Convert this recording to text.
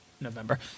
November